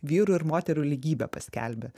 vyrų ir moterų lygybę paskelbė